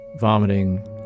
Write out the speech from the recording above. vomiting